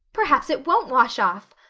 perhaps it won't wash off.